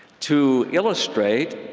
to illustrate,